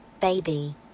baby